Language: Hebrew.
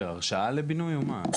הרשאה לבינוי, או מה?